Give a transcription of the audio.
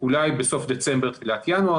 אולי בסוף דצמבר-תחילת ינואר.